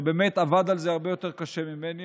שבאמת עבד על זה הרבה יותר קשה ממני,